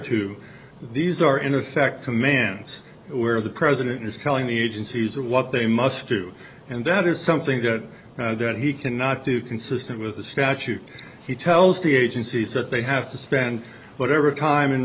to these are in effect commands where the president is telling the agencies or what they must do and that is something that that he cannot do consistent with the statute he tells the agencies that they have to spend whatever time and